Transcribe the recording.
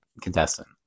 contestant